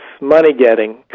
money-getting